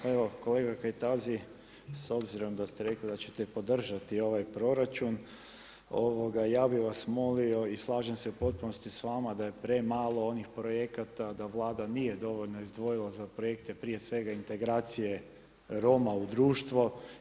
Evo kolega Kajtazi s obzirom da ste rekli da ćete podržati ovaj proračun, ja bih vas molio i slažem se u potpunosti s vama da je premalo onih projekata da Vlada nije dovoljno izdvojila za projekte prije svega integracije Roma u društvo.